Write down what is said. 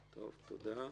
תודה.